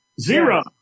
Zero